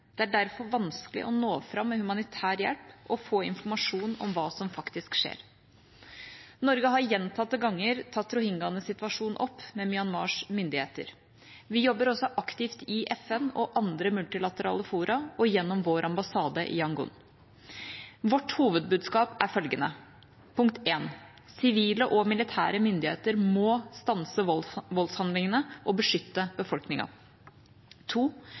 Det er derfor vanskelig å nå fram med humanitær hjelp og få informasjon om hva som faktisk skjer. Norge har gjentatte ganger tatt rohingyaenes situasjon opp med Myanmars myndigheter. Vi jobber også aktivt i FN og andre multilaterale fora og gjennom vår ambassade i Yangon. Vårt hovedbudskap er følgende: Sivile og militære myndigheter må stanse voldshandlingene og beskytte